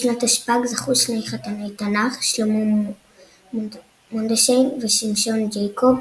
בשנת תשפ"ג זכו שני חתני תנ"ך שלמה מונדשיין ושמשון ג'יקוב,